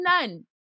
none